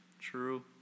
True